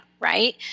right